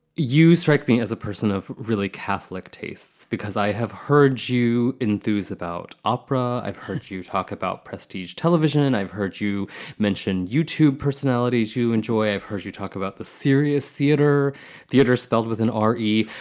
you strike me as a person of really catholic tastes because i have heard you enthuse about opera. i've heard you talk about prestige television. and i've heard you mention youtube personalities you enjoy. i've heard you talk about the serious theater theater spelled with an r e,